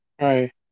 Right